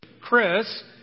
Chris